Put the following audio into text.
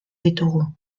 ditugu